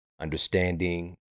understanding